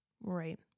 Right